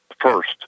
first